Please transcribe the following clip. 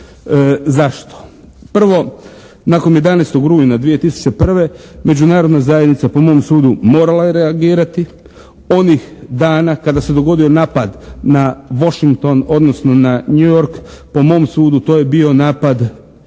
Zašto? Prvo, nakon 11. rujna 2001. međunarodna zajednica po mom sudu morala je reagirati. Onih dana kada se je dogodio napad na Washington odnosno na New York po mom sudu to je bio napad